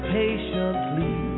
patiently